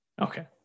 Okay